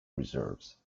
reserves